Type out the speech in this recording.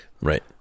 Right